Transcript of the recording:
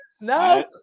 no